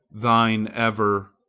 thine ever,